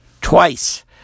twice